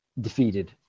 defeated